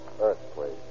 earthquake